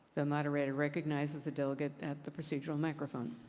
the moderator recognizes the delegate at the procedural microphone.